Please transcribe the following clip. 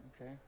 Okay